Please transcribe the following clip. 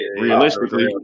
realistically